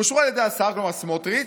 כלומר סמוטריץ'